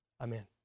Amen